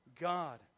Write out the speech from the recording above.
God